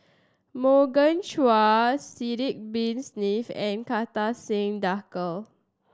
Morgan Chua Sidek Bin Saniff and Kartar Singh Thakral